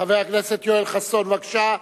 חבר הכנסת יואל חסון, בבקשה.